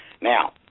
Now